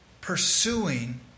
pursuing